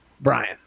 Brian